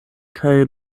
kaj